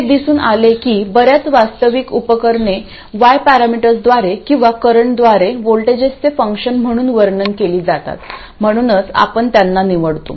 हे दिसून आले की बर्याच वास्तविक उपकरणे y पॅरामीटर्सद्वारे किंवा करंटद्वारे व्होल्टेजेसचे फंक्शन म्हणून वर्णन केली जातात म्हणूनच आपण त्यांना निवडतो